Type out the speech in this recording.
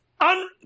un